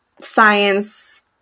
science